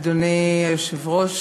אדוני היושב-ראש,